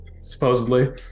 supposedly